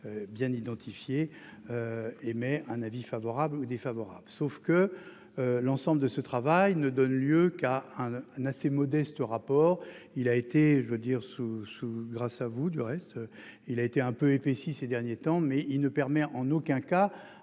Bien identifié. Émet un avis favorable ou défavorable. Sauf que. L'ensemble de ce travail ne donne lieu qu'à un assez modeste, rapport, il a été, je veux dire sous sous. Grâce à vous, du reste il a été un peu épaissie ces derniers temps mais il ne permet en aucun cas